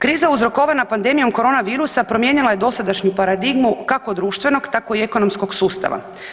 Kriza uzrokovana pandemijom corona virusa promijenila je dosadašnju paradigmu kako društvenog, tako i ekonomskog sustava.